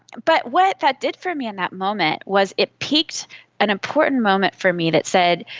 but what that did for me in that moment was it peaked an important moment for me that said,